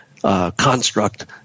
construct